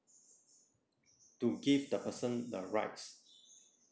to give the person the rights